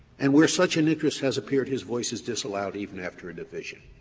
and where such an interest has appeared, his voice is disallowed, even after a division.